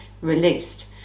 released